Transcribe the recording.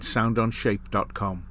SoundOnShape.com